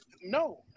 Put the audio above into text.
No